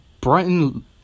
Brighton